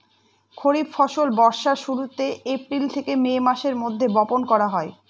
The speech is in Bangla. খরিফ ফসল বর্ষার শুরুতে, এপ্রিল থেকে মে মাসের মধ্যে, বপন করা হয়